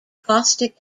caustic